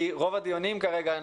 כי רוב הדיונים כרגע,